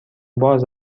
باز